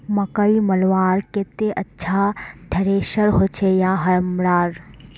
मकई मलवार केते अच्छा थरेसर होचे या हरम्बा?